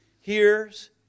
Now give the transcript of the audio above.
hears